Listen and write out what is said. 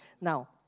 Now